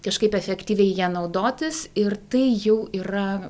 kažkaip efektyviai ja naudotis ir tai jau yra